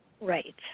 right